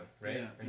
right